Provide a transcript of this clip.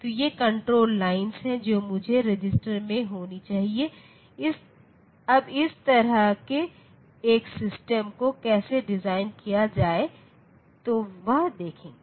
तो ये control lines हैं जो मुझे रजिस्टर में होनी चाहिए अब इस तरह के एक सिस्टम को कैसे डिज़ाइन किया जाए तो वह देखेंगे